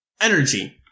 Energy